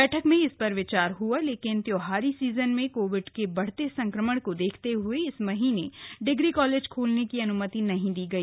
बैठक में इस पर विचार हआ लेकिन त्योहारी सीजन में कोविड के बढ़ते संक्रमण को देखते हुए इस महीने डिग्री कॉलेज खोलने की अन्मति नहीं दी गई